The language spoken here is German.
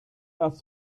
das